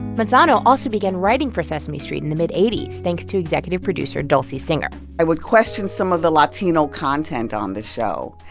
manzano also began writing for sesame street in the mid eighty s thanks to executive producer dulcy singer i would question some of the latino content on this show.